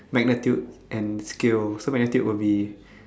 magnitude and scale so magnitude will be